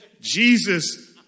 Jesus